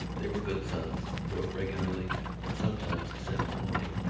they were good sons, wrote regularly and sometimes sent home money.